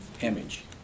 image